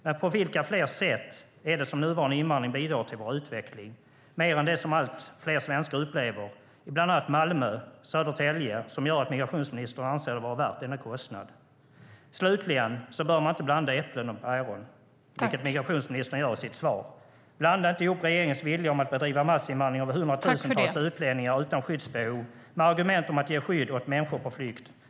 Men på vilka fler sätt bidrar nuvarande invandring till vår utveckling, mer än när det gäller det som allt fler svenskar upplever i bland annat Malmö och Södertälje? Vad är det som gör att migrationsministern anser det vara värt denna kostnad? Slutligen bör man inte blanda äpplen och päron, vilket migrationsministern gör i sitt svar. Blanda inte ihop regeringens vilja att bedriva massinvandring av hundratusentals utlänningar utan skyddsbehov med argument om att ge skydd åt människor på flykt.